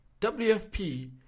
WFP